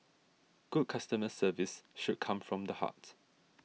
good customer service should come from the heart